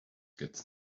gets